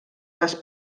les